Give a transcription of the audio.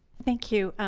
thank you